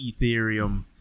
Ethereum